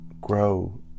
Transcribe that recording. grow